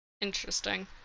interesting